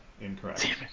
incorrect